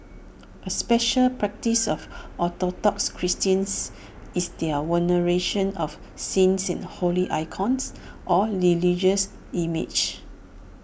A special practice of Orthodox Christians is their veneration of saints and holy icons or religious images